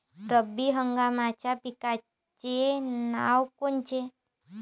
रब्बी हंगामाच्या पिकाचे नावं कोनचे?